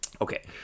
Okay